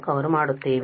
cover ಮಾಡುತ್ತೇವೆ